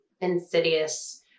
insidious